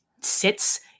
sits